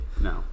No